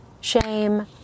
shame